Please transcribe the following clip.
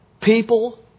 People